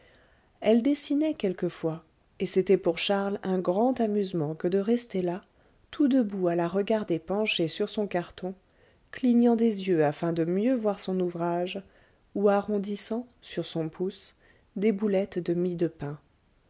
elle dessinait quelquefois et c'était pour charles un grand amusement que de rester là tout debout à la regarder penchée sur son carton clignant des yeux afin de mieux voir son ouvrage ou arrondissant sur son pouce des boulettes de mie de pain